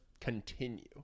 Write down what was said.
continue